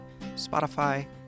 Spotify